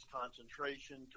concentration